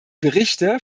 berichte